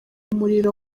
muriro